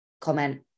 comment